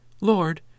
Lord